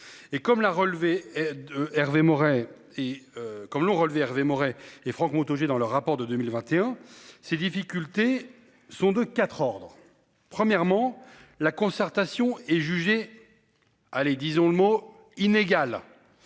et comme l'ont relevé. Hervé Maurey et Franck Montaugé. Dans leur rapport de 2021. Ces difficultés sont de 4 ordres, premièrement, la concertation est jugé. Allez, disons le mot inégal.